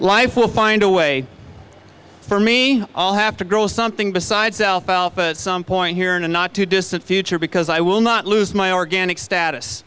life will find a way for me i'll have to grow something besides out some point here in the not too distant future because i will not lose my organic status